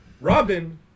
Robin